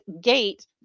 gate